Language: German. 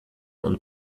und